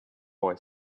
boy